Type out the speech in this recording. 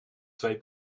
twee